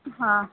हा